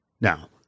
Now